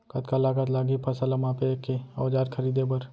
कतका लागत लागही फसल ला मापे के औज़ार खरीदे बर?